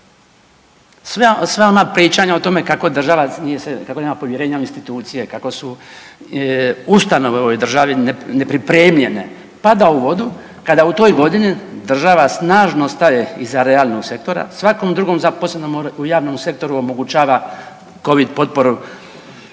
Sva ona pričanja o tome kako država nije se, kako nema povjerenja u institucije, kako su ustanove u ovoj državi nepripremljene pada u vodu kada u toj godini država snažno staje iza realnog sektora. Svakom drugom zaposlenom u javnom sektoru omogućava Covid potporu